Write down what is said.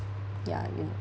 ya you know